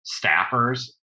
staffers